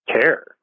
care